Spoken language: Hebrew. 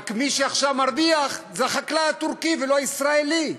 רק מי שעכשיו מרוויח זה החקלאי הטורקי ולא הישראלי,